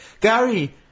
Gary